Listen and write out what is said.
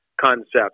concept